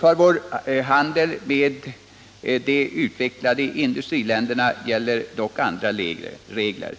För vår handel med de utvecklade industriländerna gäller dock andra regler.